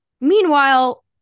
Meanwhile-